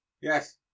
Yes